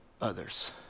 others